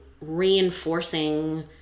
reinforcing